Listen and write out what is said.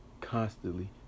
constantly